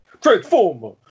Transformer